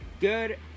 good